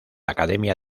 academia